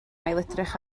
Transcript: ailedrych